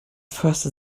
förster